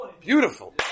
beautiful